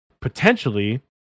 potentially